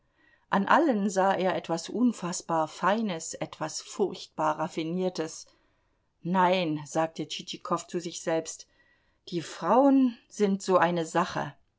an allen sah er etwas unfaßbar feines etwas furchtbar raffiniertes nein sagte tschitschikow zu sich selbst die frauen sind so eine sache